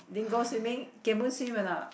didn't go swimming Kian-Boon swim or not